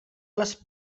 les